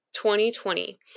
2020